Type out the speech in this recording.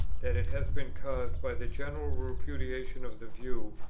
that it has been caused by the general repudiation of the view,